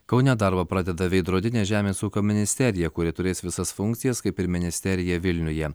kaune darbą pradeda veidrodinė žemės ūkio ministerija kuri turės visas funkcijas kaip ir ministerija vilniuje